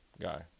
guy